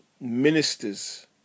ministers